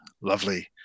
lovely